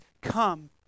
come